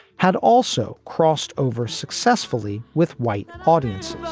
had also crossed over successfully with white audiences